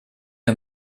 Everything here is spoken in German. wir